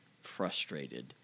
frustrated